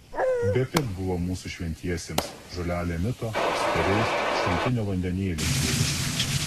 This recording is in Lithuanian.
bepig buvo mūsų šventiesiems žolelėm mito skėriais šaltinio vandenėlį gėrė